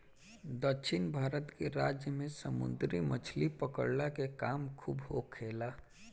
दक्षिण भारत के राज्य में समुंदरी मछली पकड़ला के काम खूब होखेला